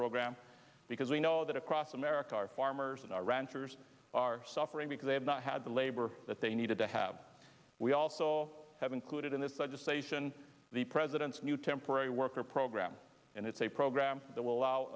program because we know that across america our farmers and ranchers are suffering because they have not had the labor that they needed to have we also have included in this legislation the president's new temporary worker program and it's a program that will allow